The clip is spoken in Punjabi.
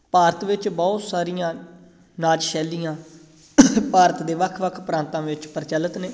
ਭਾਰਤ ਵਿੱਚ ਬਹੁਤ ਸਾਰੀਆਂ ਨਾਚ ਸ਼ੈਲੀਆਂ ਭਾਰਤ ਦੇ ਵੱਖ ਵੱਖ ਪ੍ਰਾਂਤਾਂ ਵਿੱਚ ਪ੍ਰਚਲਿਤ ਨੇ